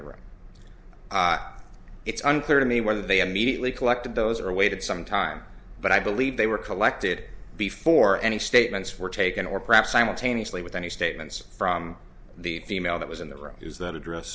room it's unclear to me whether they immediately collected those or waited some time but i believe they were collected before any statements were taken or perhaps simultaneously with any statements from the female that was in the room is that address